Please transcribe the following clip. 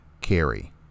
carry